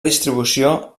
distribució